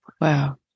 Wow